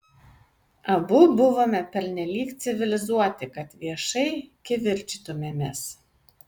abu buvome pernelyg civilizuoti kad viešai kivirčytumėmės